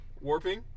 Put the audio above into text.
warping